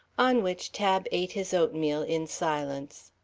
on which tab ate his oatmeal in silence.